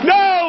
no